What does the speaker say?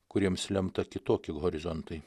kuriems lemta kitoki horizontai